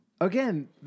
Again